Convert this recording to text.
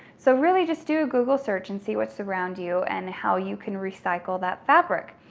so really just do a google search and see what's around you and how you can recycle that fabric.